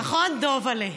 נכון, דבל'ה?